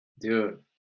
Dude